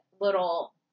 little